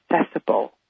accessible